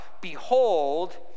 behold